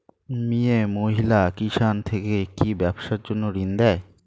মিয়ে মহিলা কিষান থেকে কি ব্যবসার জন্য ঋন দেয়?